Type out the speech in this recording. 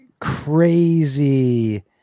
crazy